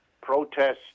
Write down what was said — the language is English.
protests